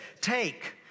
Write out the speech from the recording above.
take